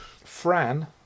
Fran